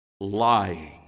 lying